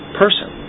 person